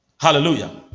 Hallelujah